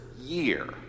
year